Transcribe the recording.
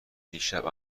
دیشب